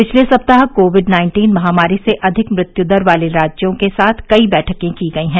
पिछले सप्ताह COVID nineteen महामारी से अधिक मृत्यु दर वाले राज्यों के साथ कई बैठकें की गई हैं